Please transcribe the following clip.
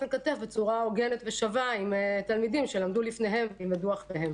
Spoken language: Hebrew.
אל כתף בצורה הוגנת ושווה עם תלמידים שלמדו לפניהם וילמדו אחריהם.